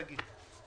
שגית.